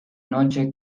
noche